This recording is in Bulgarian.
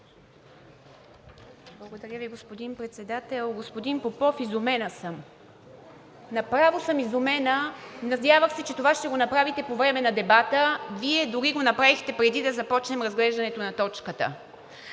Благодаря Ви, господин Председател. Господин Попов, изумена съм. Направо съм изумена. Надявах се, че това ще го направите по време на дебата. Вие дори го направихте, преди да започнем разглеждането на точката.